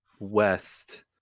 West